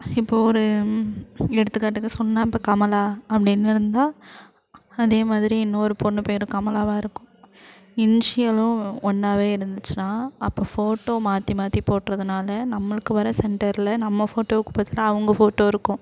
இப்போ ஒரு எடுத்துக்காட்டுக்கு சொன்னால் இப்போ கமலா அப்படின்னு இருந்தால் அதேமாதிரி இன்னொரு பொண்ணு பேரும் கமலாவாக இருக்கும் இன்ஷியலும் ஒன்றாவே இருந்துச்சின்னால் அப்போ ஃபோட்டோ மாற்றி மாற்றி போடுறதுனால நம்மளுக்கு வர சென்டர்ல நம்ம ஃபோட்டோவுக்கு பதிலாக அவங்க ஃபோட்டோ இருக்கும்